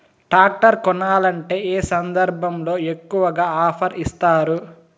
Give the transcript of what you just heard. Tractor కొనాలంటే ఏ సందర్భంలో ఎక్కువగా ఆఫర్ ఇస్తారు?